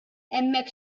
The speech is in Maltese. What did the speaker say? hemmhekk